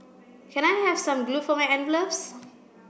can I have some glue for my envelopes